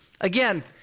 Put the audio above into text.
again